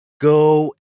Go